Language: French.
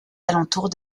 alentours